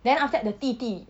then after that the 弟弟